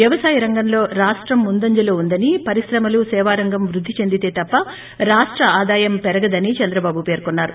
వ్యవసాయరంగంలో రాష్టం ముందంజలో వుందని పరిశ్రమలు సేవారంగం వృద్ధి చెందితే తప్ప రాష్ట ఆదాయం పెరగదని చంద్రబాటు పేర్కొన్నారు